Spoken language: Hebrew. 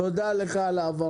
תודה על ההבהרות.